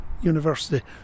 University